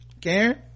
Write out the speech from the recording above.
karen